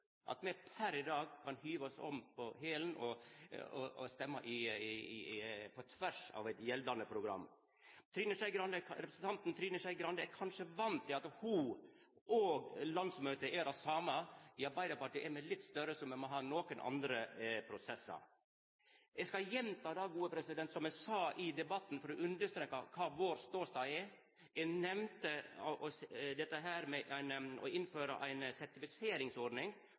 at me per i dag kan hiva oss om på hælen og stemma på tvers av eit gjeldande program. Representanten Trine Skei Grande er kanskje van med at ho og landsmøtet er det same. I Arbeidarpartiet er me litt større, så me må ha nokre andre prosessar. Eg skal gjenta det eg sa i debatten for å understreka kva vår ståstad er. Eg nemnde dette med å innføra ei sertifiseringsordning for lærarar, nettopp for å